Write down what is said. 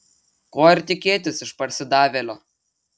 ko ir tikėtis iš parsidavėlio